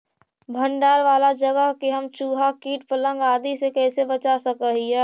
भंडार वाला जगह के हम चुहा, किट पतंग, आदि से कैसे बचा सक हिय?